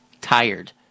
tired